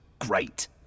great